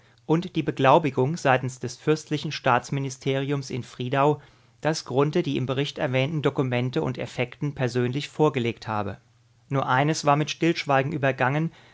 und die beglaubigung seitens des fürstlichen staatsministeriums in friedau daß grunthe die im bericht erwähnten dokumente und effekten persönlich vorgelegt habe nur eines war mit stillschweigen übergangen